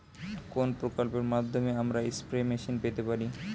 কোন প্রকল্পের মাধ্যমে আমরা স্প্রে মেশিন পেতে পারি?